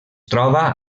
troba